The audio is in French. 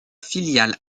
filiale